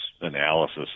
analysis